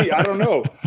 i don't know.